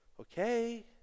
okay